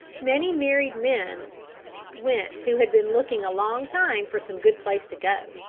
many married men went who had been looking a long time for some good place to go